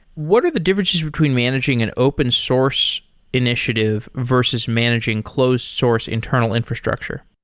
what are the differences between managing an open source initiative versus managing close source internal infrastructure?